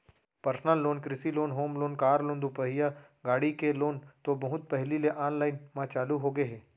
personal loan, कृषि loan, home loan, car loan, दुपहिया गाड़ी के लोन तो बहुत पहिली ले आनलाइन म चालू होगे हे